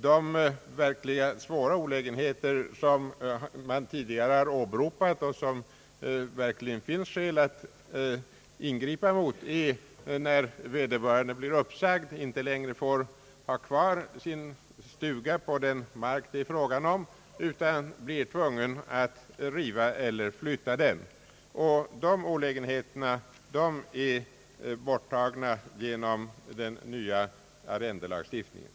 De verkligt svåra olägenheter som man tidigare åberopat och som det finns allt skäl att ingripa emot består i att när vederbörande blir uppsagd får han inte längre ha kvar sin stuga på den mark det är fråga om, utan han blir tvungen att riva eller flytta den. Dessa olägenheter har undanröjts genom den nya arrendelagstiftningen.